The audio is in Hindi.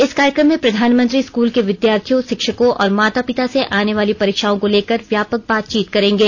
इस कार्य क्र म में प्रधानमंत्री स्कूल के विद्यार्थियों शिक्षकों और माता पिता से आने वाली परीक्षाओं को लेकर व्यापक बातचीत करेंगे